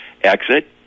exit